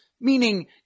meaning